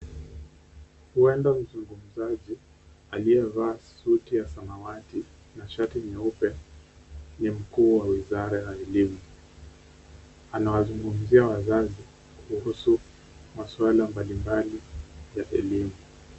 Huenda mzungumzaji aliyevaa suti ya samawati na shati nyeupe ni mkuu wa wizara ya elimu. Anawazungumzia wazazi kuhusu maswala mbalimbali ya elimu.